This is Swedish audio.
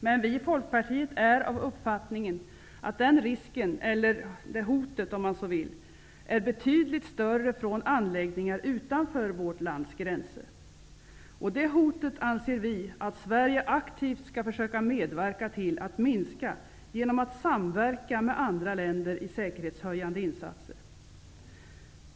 Men vi i Folkpartiet är av den uppfattningen att risken -- eller hotet, om man så vill -- är betydligt större när det gäller anläggningar utanför vårt lands gränser. Och det hotet anser vi att Sverige aktivt skall försöka medverka till att minska genom att samverka med andra länder i säkerhetshöjande insatser.